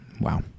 Wow